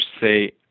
say